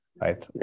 right